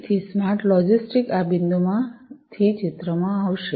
તેથી smart logistics આ બિંદુથી ચિત્રમાં આવશે